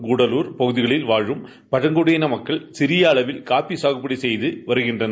கூடலூர் பகுதிகளில் வாழும் பழங்குடியின மக்கள் சிறிய அளவில் காபி சாகுபடி செய்து வருகின்றனர்